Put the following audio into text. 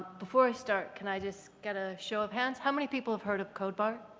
before i start can i just get a show of hands how many people have heard of codebar?